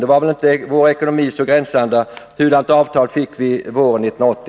Då var väl inte vår ekonomi så glänsande, och hurdant avtal fick vi våren 1980?